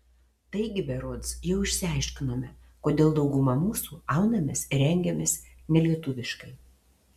taigi berods jau išsiaiškinome kodėl dauguma mūsų aunamės ir rengiamės nelietuviškai